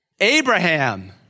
Abraham